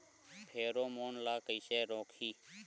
Pheromone ला कइसे रोकही?